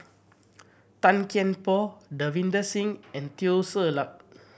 Tan Kian Por Davinder Singh and Teo Ser Luck